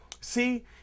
See